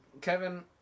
Kevin